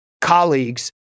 colleagues